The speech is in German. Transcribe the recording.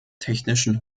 technischen